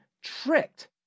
tricked